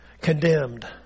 condemned